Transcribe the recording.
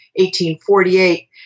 1848